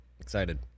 Excited